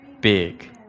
big